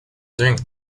doing